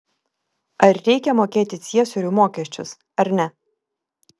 ar reikia mokėti ciesoriui mokesčius ar ne